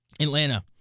Atlanta